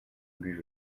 lui